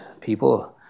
people